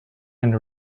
and